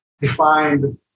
defined